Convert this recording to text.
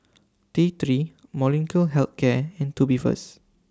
T three Molnylcke Health Care and Tubifast